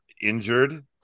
injured